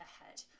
ahead